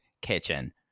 kitchen